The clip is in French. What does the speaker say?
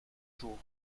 jours